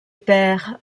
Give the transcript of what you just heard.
père